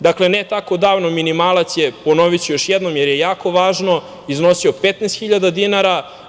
Dakle, ne tako davno minimalac je, ponoviću još jednom, jer je jako važno, iznosio 15.000 dinara.